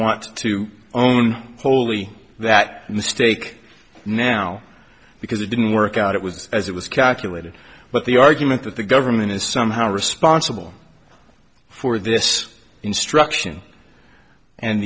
want to own fully that mistake now because it didn't work out it was as it was calculated but the argument that the government is somehow responsible for this instruction and